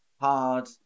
Hard